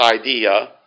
idea